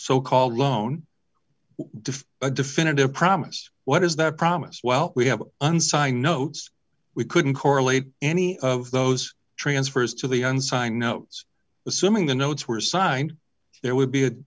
so called loan if a definitive promise what is that promise well we have unsigned notes we couldn't correlate any of those transfers to the unsigned notes assuming the notes were signed there would be a